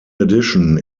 addition